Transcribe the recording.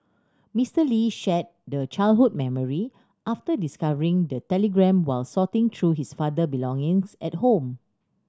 Mister Lee shared the childhood memory after discovering the telegram while sorting through his father belongings at home